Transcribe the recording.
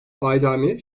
bayrami